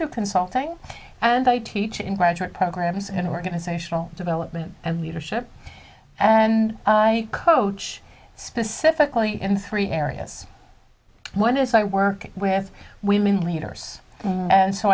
do consulting and i teach in graduate programs in organizational development and leadership and i coach specifically in three areas one is i work whereas women leaders and so